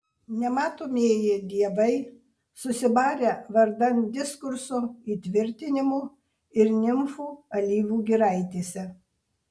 nematomieji dievai susibarę vardan diskurso įtvirtinimo ir nimfų alyvų giraitėse